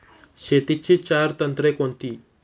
शेतीची चार तंत्रे कोणती?